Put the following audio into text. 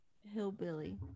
hillbilly